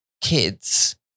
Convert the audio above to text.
kids